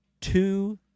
two